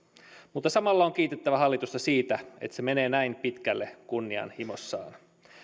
mutta samalla on kiitettävä hallitusta siitä että se menee näin pitkälle kunnianhimossaan